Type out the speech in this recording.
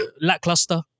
lackluster